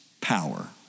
power